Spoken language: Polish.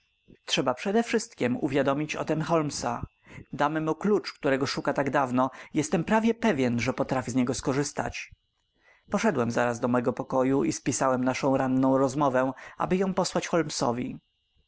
trzeba przedewszystkiem uwiadomić o tem holmesa damy mu klucz którego szuka tak dawno jestem prawie pewien że potrafi z niego skorzystać poszedłem zaraz do mego pokoju i spisałem naszą ranną rozmowę aby ją posłać holmesowi